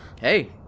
hey